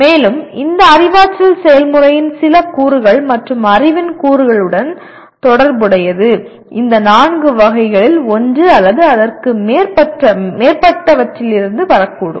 மேலும் இந்த அறிவாற்றல் செயல்முறையின் சில கூறுகள் மற்றும் அறிவின் கூறுகளுடன் தொடர்புடையது இந்த நான்கு வகைகளில் ஒன்று அல்லது அதற்கு மேற்பட்டவற்றிலிருந்து வரக்கூடும்